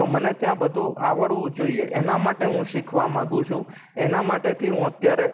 તો મને ત્યાં બધું આવડવું જોઈએ એના માટે હું શીખવા માંગુ છું એના માટેથી હું અત્યારે